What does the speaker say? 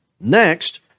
Next